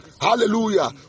hallelujah